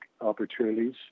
opportunities